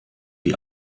die